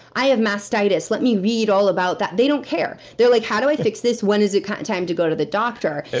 i have mastitis. let me read all about that. they don't care. they're like, how do i fix this? when is it kind of time to go to the doctor?